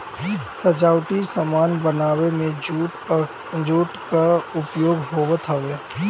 सजावटी सामान बनावे में भी जूट कअ उपयोग होत हवे